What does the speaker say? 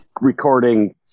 recording